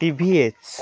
TVS